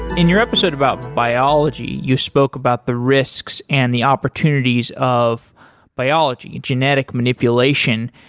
in your episode about biology, you spoke about the risks and the opportunities of biology and genetic manipulation.